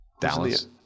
Dallas